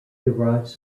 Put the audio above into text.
derives